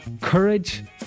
courage